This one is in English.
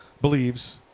believes